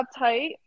uptight